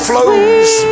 Flows